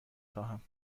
خواهم